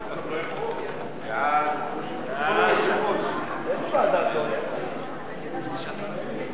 להעביר את הצעת חוק למניעת הסתננות